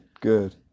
good